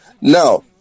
now